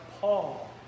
Paul